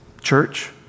church